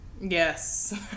Yes